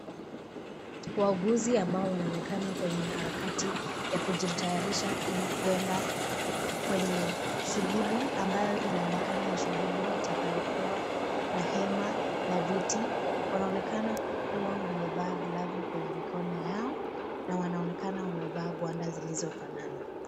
Wauguzi ambao wanaonekana kwenye harakati ya kujitayarisha ili kuenda kwenye shughuli ambayo inaonekana ni shughuli itakayokuwa na hema na viti. Wanaonekana kuwa wemevaa glove kwenye mikono yao na wanaonekana wamevaa gwanda silizofanana.